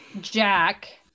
Jack